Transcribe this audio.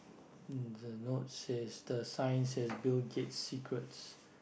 mm the note says the sign says Bill-Gates secrets